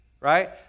Right